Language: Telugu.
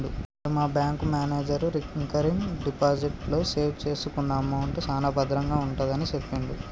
మరి మా బ్యాంకు మేనేజరు రికరింగ్ డిపాజిట్ లో సేవ్ చేసుకున్న అమౌంట్ సాన భద్రంగా ఉంటుందని సెప్పిండు